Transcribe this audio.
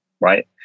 right